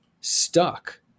stuck